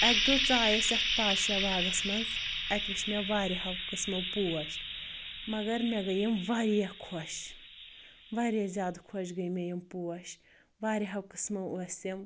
اَکہِ دۄہ ژایہِ أسۍ اَتھ پادشاہ باغَس منٛز اَتہِ وُچھ مےٚ واریاہو قٕسمو پوش مگر مےٚ گٔے یِم واریاہ خۄش واریاہ زیادٕ خۄش گٔے مےٚ یِم پوش واریاہو قٕسمو ٲسۍ یِم